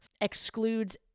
excludes